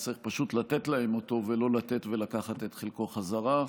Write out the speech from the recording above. אז צריך פשוט לתת להם אותו ולא לתת ולקחת את חלקו בחזרה.